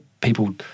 people